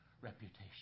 reputation